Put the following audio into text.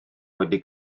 wedi